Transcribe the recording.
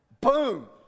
Boom